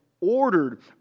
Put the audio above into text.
ordered